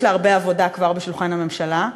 יש לה הרבה עבודה כבר בשולחן הממשלה,